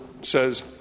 says